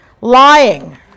Lying